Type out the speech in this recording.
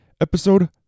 episode